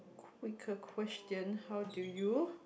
quick a question how do you